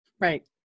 Right